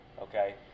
Okay